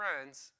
friends